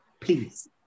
please